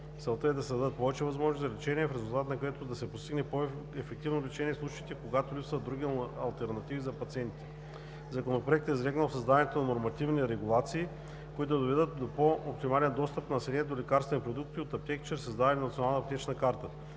Целта е да се дадат повече възможности за лечение, в резултат на което да се постигне по-ефективно лечение в случаите, когато липсват други алтернативи за пациентите. В Законопроекта е залегнало създаването на нормативни регулации, които да доведат до по-оптимален достъп на населението до лекарствени продукти от аптеки чрез създаване на Национална аптечна карта.